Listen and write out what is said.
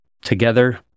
together